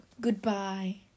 goodbye